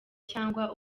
cyangwa